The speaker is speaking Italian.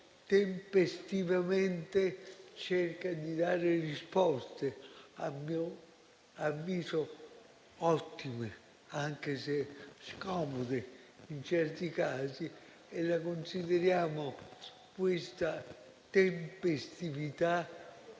tempestivamente cerca di dare risposte, a mio avviso ottime, anche se scomode in certi casi, e consideriamo questa tempestività